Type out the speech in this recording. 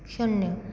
शून्य